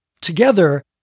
Together